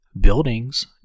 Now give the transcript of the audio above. Buildings